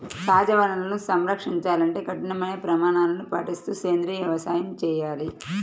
సహజ వనరులను సంరక్షించాలంటే కఠినమైన ప్రమాణాలను పాటిస్తూ సేంద్రీయ వ్యవసాయం చేయాలి